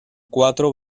cuatro